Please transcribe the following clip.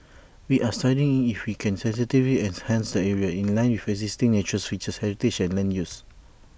we are studying if we can sensitively enhance the area in line with existing natural features heritage and land use